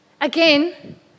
Again